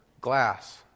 glass